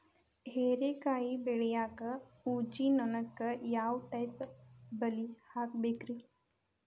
ಹೇರಿಕಾಯಿ ಬೆಳಿಯಾಗ ಊಜಿ ನೋಣಕ್ಕ ಯಾವ ಟೈಪ್ ಬಲಿ ಹಾಕಬೇಕ್ರಿ?